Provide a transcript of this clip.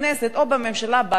או בממשלה, בהרמת יד.